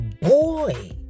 boy